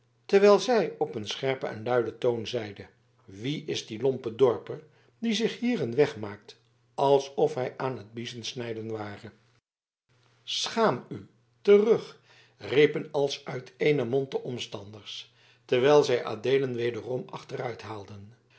terwijl zij op een scherpen en luiden toon zeide wie is die lompe dorper die zich hier een weg maakt alsof hij aan t biezen snijden ware schaam u terug riepen als uit éénen mond de omstanders terwijl zij adeelen wederom